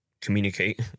communicate